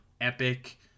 epic